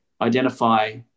identify